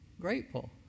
grateful